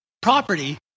property